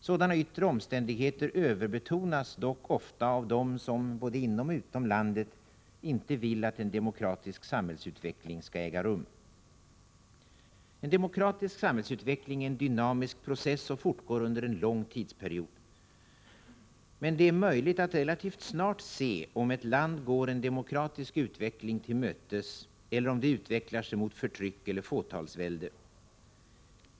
Sådana yttre omständigheter överbetonas dock ofta av dem som både inom och utom landet inte vill, att en demokratisk samhällsutveckling skall äga rum. En demokratisk samhällsutveckling är en dynamisk process och fortgår under en lång tidsperiod. Men det är möjligt att relativt snart se om ett land går en demokratisk utveckling till mötes eller om det utvecklar sig mot förtryck eller fåtalsvälde.